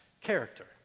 character